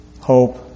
hope